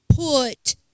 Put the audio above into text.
put